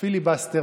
וגם של הממשלה.